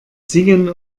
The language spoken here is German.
singen